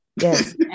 yes